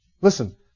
Listen